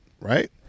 Right